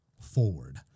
forward